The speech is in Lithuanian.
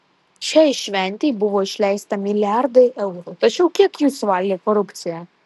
šiai šventei buvo išleista milijardai eurų tačiau kiek jų suvalgė korupcija